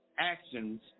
actions